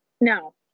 no